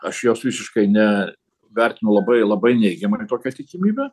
aš jos visiškai ne vertinu labai labai neigiamai tokią tikimybę